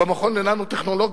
במכון לננו-טכנולוגיה,